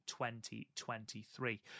2023